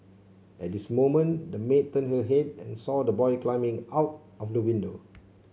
at this moment the maid turned her head and saw the boy climbing out of the window